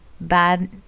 bad